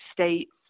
states